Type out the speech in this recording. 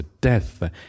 death